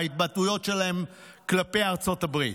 בהתבטאויות שלהם כלפי ארצות הברית?